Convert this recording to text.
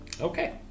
Okay